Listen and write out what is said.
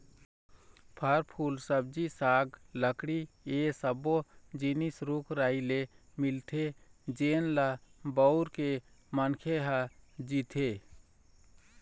फर, फूल, सब्जी साग, लकड़ी ए सब्बो जिनिस रूख राई ले मिलथे जेन ल बउर के मनखे ह जीथे